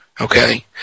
okay